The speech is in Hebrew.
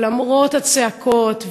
למרות הצעקות,